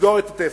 לסגור את התפר.